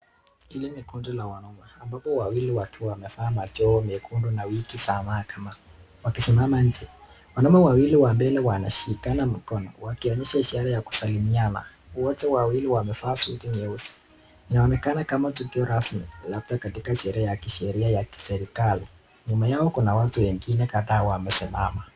Hili ni kunde la wanaume ambapo wawili wakiwa wamevaa machoo mekundu na wiki zamaa kama, wakisimama nje, wanaume wawili wanashikana mkono wakionyesha ishara ya kusalimiana, wote wawili wamevaa suti nyeusi, inaonekana kama tukio rasmi labda katika kisheria ya kiserikali, nyuma yao kuna watu wengine kadhaa wamesimama.